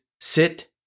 sit